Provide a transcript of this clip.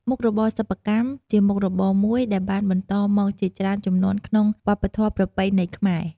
មុខរបរសិប្បកម្មជាមុខរបរមួយដែលបានបន្តមកជាច្រើនជំនាន់ក្នុងវប្បធម៏ប្រពៃណីខ្មែរ។